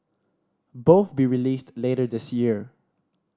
both be released later this year